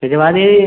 भिजवा दें यही